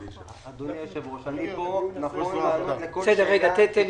אדוני היושב ראש, אני כאן לענות על כל שאלה.